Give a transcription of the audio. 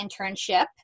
internship